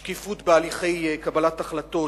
שקיפות בהליכי קבלת החלטות,